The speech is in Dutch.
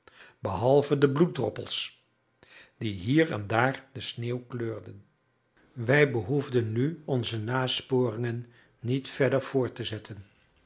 behalve de bloeddroppels die hier en daar de sneeuw kleurden wij behoefden nu onze nasporingen niet verder voort te zetten